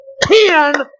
ten